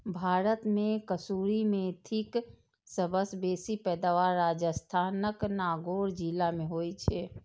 भारत मे कसूरी मेथीक सबसं बेसी पैदावार राजस्थानक नागौर जिला मे होइ छै